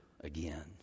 again